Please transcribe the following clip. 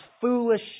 foolish